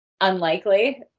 unlikely